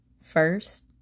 First